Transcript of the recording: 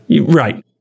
right